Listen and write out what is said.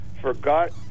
forgot